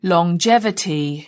Longevity